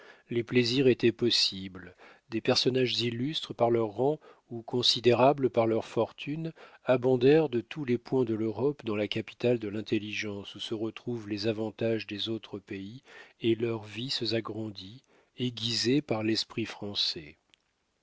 les plaisirs étaient possibles des personnages illustres par leur rang ou considérables par leur fortune abondèrent de tous les points de l'europe dans la capitale de l'intelligence où se retrouvent les avantages des autres pays et leurs vices agrandis aiguisés par l'esprit français